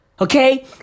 Okay